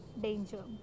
danger